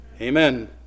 Amen